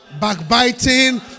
Backbiting